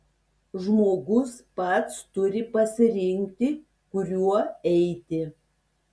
žmogus pats turi pasirinkti kuriuo eiti